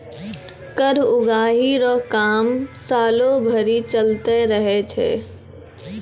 कर उगाही रो काम सालो भरी चलते रहै छै